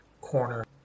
corner